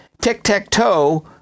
tic-tac-toe